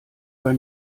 bei